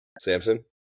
Samson